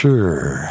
Sure